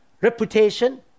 reputation